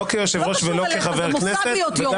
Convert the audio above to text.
לא כיושב-ראש ולא כחבר כנסת -- זה לא קשור אליך.